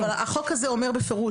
אבל החוק הזה אומר בפרוש,